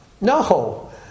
No